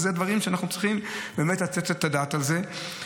אלה דברים שאנחנו צריכים לתת את הדעת עליהם.